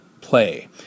play